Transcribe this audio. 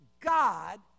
God